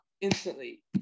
instantly